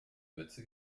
mütze